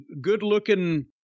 good-looking